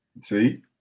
See